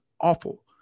awful